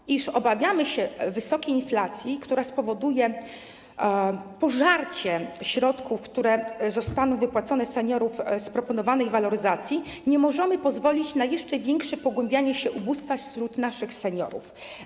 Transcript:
Chociaż obawiamy się wysokiej inflacji, która spowoduje pożarcie środków, które zostaną wypłacone seniorom z proponowanych waloryzacji, nie możemy pozwolić na jeszcze większe pogłębianie się ubóstwa wśród naszych seniorów.